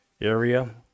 area